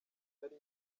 nari